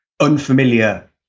unfamiliar